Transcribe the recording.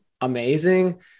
amazing